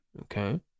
Okay